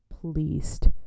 pleased